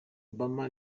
obama